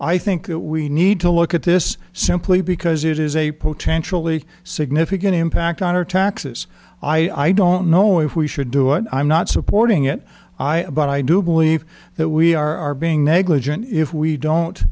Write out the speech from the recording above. i think that we need to look at this simply because it is a potentially significant impact on our taxes i don't know if we should do and i'm not supporting it i am but i do believe that we are being negligent if we don't